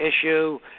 issue